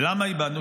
ולמה איבדנו?